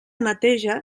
neteja